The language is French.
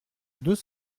deux